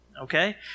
Okay